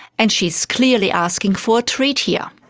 and she's clearly asking for a treat here.